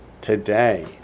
today